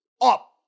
up